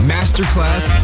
Masterclass